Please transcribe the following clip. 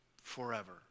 forever